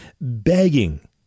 begging